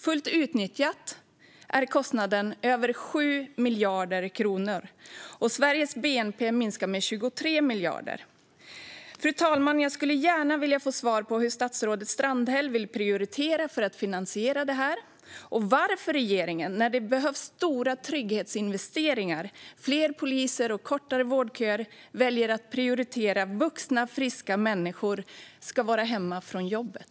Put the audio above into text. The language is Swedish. Fullt utnyttjad är kostnaden över 7 miljarder kronor, och Sveriges bnp minskar med 23 miljarder kronor. Fru talman! Jag skulle gärna vilja få svar på hur statsrådet Strandhäll vill prioritera för att finansiera detta och varför regeringen när det behövs stora trygghetsinvesteringar, fler poliser och kortare vårdköer väljer att prioritera att vuxna, friska människor ska vara hemma från jobbet.